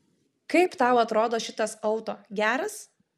kaip tau atrodo šitas auto geras